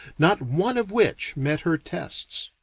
not one of which met her tests.